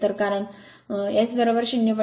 तर कारण S 0